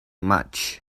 much